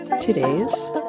today's